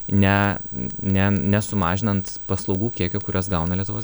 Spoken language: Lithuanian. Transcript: ne ne nesumažinant paslaugų kiekio kurias gauna lietuvos